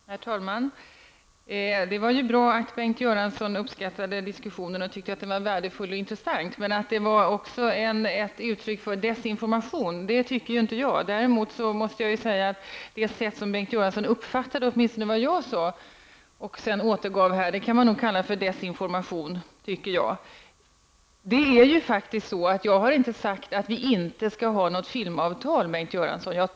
Herr talman! Det var bra att Bengt Göransson uppskattade diskussionen och tyckte att den var värdefull och intressant. Men att det också skulle vara ett uttryck för desinformation tycker jag inte. Däremot måste jag säga att så som Bengt Göransson uppfattade åtminstone vad jag sade och som han återgav här kan kallas för desinformation. Jag har faktiskt inte sagt att vi inte skall ha något filmavtal, Bengt Göransson.